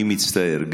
אני מצטער,